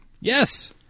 Yes